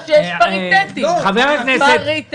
מדובר באותה החלטה --- מיקי לוי,